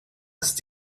ist